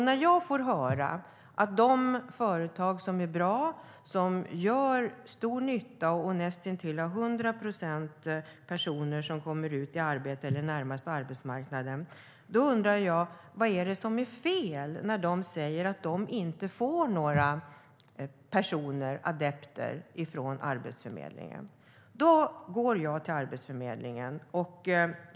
När jag får höra att de företag som är bra, gör stor nytta och näst intill har 100 procent personer som kommer ut i arbete eller närmast arbetsmarknaden undrar jag: Vad är det som är fel när de säger att de inte får några adepter från Arbetsförmedlingen? Jag går till Arbetsförmedlingen.